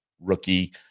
rookie